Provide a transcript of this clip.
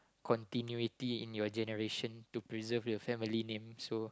continuity in your generation to preserve your family name so